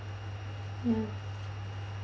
mm